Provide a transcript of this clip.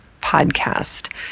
podcast